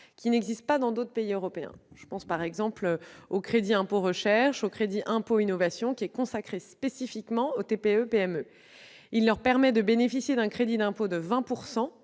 qui n'existent pas dans d'autres pays européens ; je pense par exemple au crédit d'impôt recherche ou au crédit d'impôt innovation. Ce dernier, consacré spécifiquement aux TPE et PME, leur permet de bénéficier d'un crédit d'impôt de 20